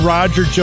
Roger